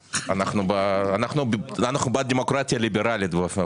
אנחנו בבקשה לדיון מחדש בהצעת תקנות מס ערך מוסף (הוראת שעה).